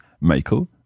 Michael